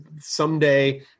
someday